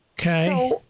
Okay